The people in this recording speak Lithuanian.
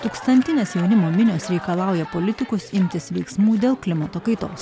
tūkstantinės jaunimo minios reikalauja politikus imtis veiksmų dėl klimato kaitos